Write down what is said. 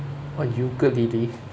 what ukulele